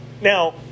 Now